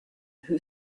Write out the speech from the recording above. who